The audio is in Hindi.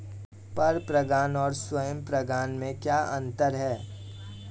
पर परागण और स्वयं परागण में क्या अंतर है?